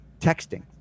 texting